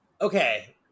okay